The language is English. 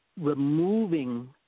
removing